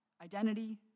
identity